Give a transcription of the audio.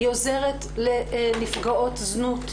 היא עוזרת לנפגעות זנות,